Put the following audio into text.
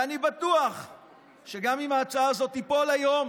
ואני בטוח שגם אם ההצעה הזאת תיפול היום,